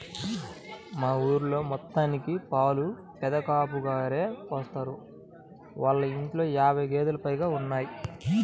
మా ఊరి మొత్తానికి పాలు పెదకాపుగారే పోత్తారు, ఆళ్ళ ఇంట్లో యాబై గేదేలు పైగా ఉంటయ్